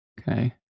okay